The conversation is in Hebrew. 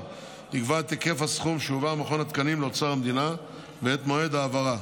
יקבע את היקף הסכום שיועבר ממכון התקנים לאוצר המדינה ואת מועד ההעברה,